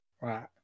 Right